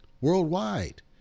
worldwide